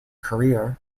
career